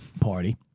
party